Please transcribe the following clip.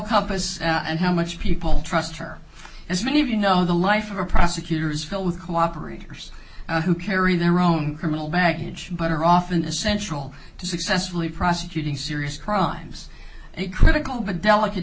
compass and how much people trust her as many of you know the life of a prosecutor is filled with cooperators who carry their own criminal baggage but are often essential to successfully prosecuting serious crimes a critical but delicate